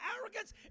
arrogance